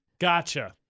Gotcha